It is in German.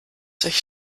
sich